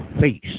face